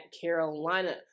Carolina